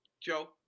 Joe